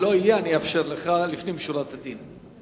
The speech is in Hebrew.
אם הוא לא יהיה, אני אאפשר לך לפנים משורת הדין.